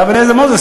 הרב אליעזר מוזס.